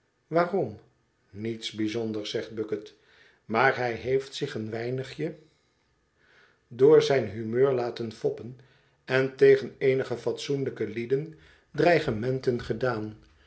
waarom niets bijzonders zegt bucket maar hij heeft zich een weinigje door zijn humeur laten foppen en tegen eenige fatsoenlijke lieden dreigementen gedaan